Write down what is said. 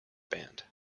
band